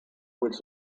which